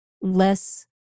less